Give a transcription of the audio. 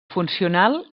funcional